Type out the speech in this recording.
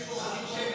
נתקבלה.